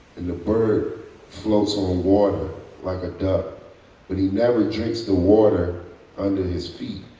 and the bird floats on water like a duck, but he never drinks the water under his feet.